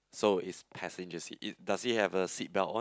so it's passenger seat it does he have the seat belt on